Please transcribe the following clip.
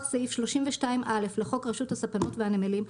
סעיף 32(א) לחוק רשות הספנות והנמלים,